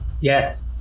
Yes